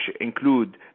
include